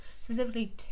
Specifically